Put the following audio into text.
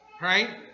Right